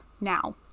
now